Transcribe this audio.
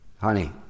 honey